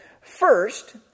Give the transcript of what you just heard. First